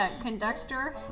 conductor